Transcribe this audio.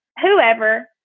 whoever